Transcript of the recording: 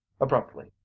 abruptly